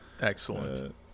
Excellent